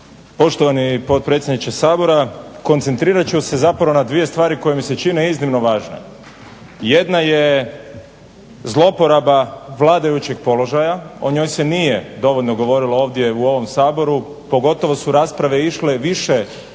Poštovani potpredsjedniče Sabora, koncentrirat ću se zapravo na dvije stvari koje mi se čine iznimno važne. Jedna je zlouporaba vladajućeg položaja. O njoj se nije dovoljno govorilo ovdje u ovom Saboru. Pogotovo su rasprave išle više i